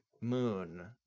moon